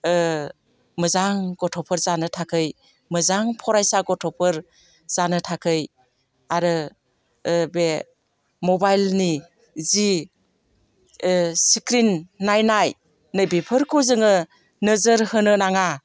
मोजां गथ'फोर जानो थाखै मोजां फरायसा गथ'फोर जानो थाखै आरो बे मबाइलनि जि स्क्रिन नायनाय नैबेफोरखौ जोङो नोजोर होनो नाङा